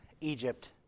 Egypt